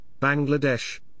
Bangladesh